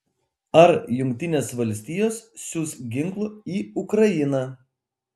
ar jungtinės valstijos siųs ginklų į ukrainą